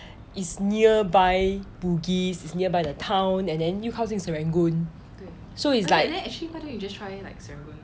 is nearby bugis is nearby the town and then 又靠近 serangoon so it's like